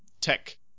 tech